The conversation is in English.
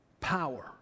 power